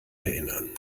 erinnern